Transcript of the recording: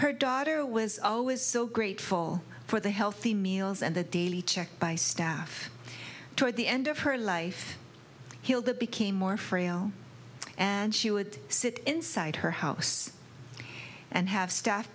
her daughter was always so grateful for the healthy meals and the daily check by staff toward the end of her life hilda became more frail and she would sit inside her house and have staff